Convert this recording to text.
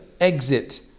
Exit